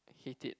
hate it